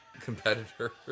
competitor